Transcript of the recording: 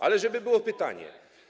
Ale żeby było pytanie.